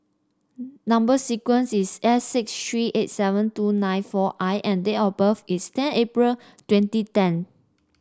number sequence is S six three eight seven two nine four I and date of birth is ten April twenty ten